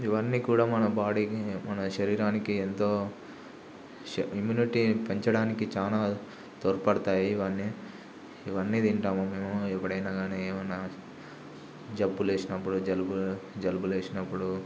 ఇవన్నీ కూడా మన బాడీకి మన శరీరానికి ఎంతో ఇమ్యూనిటీ పంచడానికి చాలా తోడ్పడతాయి ఇవన్నీ ఇవన్నీ తింటాము మేము ఎప్పుడైనా గానీ ఏమన్నా జబ్బు లేషినప్పుడు జలుబు జలుబు లేషినప్పుడు